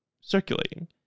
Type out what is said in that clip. circulating